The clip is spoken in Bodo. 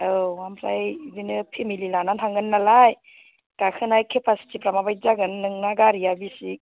औ ओमफ्राय बिदिनो फेमिलि लाना थांगोन नालाय गाखोनाय खेफास्टिफ्रा माबायदि जागोन नोंना गारिया बिसि